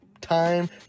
time